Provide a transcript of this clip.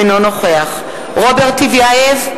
אינו נוכח רוברט טיבייב,